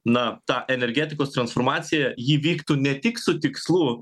na ta energetikos transformacija ji vyktų ne tik su tikslu